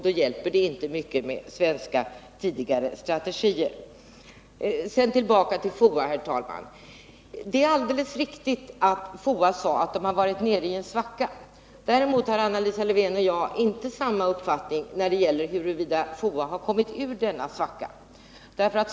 Då hjälper det inte mycket med tidigare strategier. Sedan tillbaka till SIPRI. Det är alldeles riktigt att SIPRI sade att de har varit nere i en svacka. Däremot har Anna Lisa Lewén-Eliasson och jag inte samma uppfattning när det gäller huruvida SIPRI har kommit ur denna svacka.